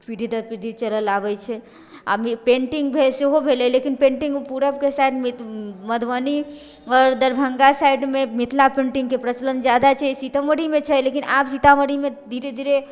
पीढ़ी दर पीढ़ी चलल आबै छै आओर पेंटिंग सेहो भेलै लेकिन पेंटिंग पूरवके साइडमे मधुबनी आओर दरभङ्गा साइडमे मिथिला पेंटिंगके प्रचलन जादा छै सीतोमढ़ीमे छै लेकिन आब सीतामढ़ीमे धीरे धीरे